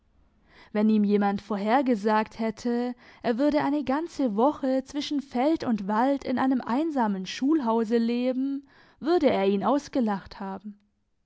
wenn ihm jemand vorhergesagt hätte er würde eine ganze woche zwischen feld und wald in einem einsamen schulhause leben würde er ihn ausgelacht haben